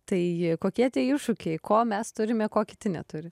tai kokie tie iššūkiai ko mes turime ko kiti neturi